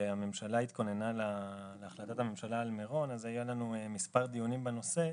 כשהממשלה התכוננה להחלטת הממשלה על מירון היו לנו מספר דיונים בנושא.